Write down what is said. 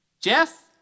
Jeff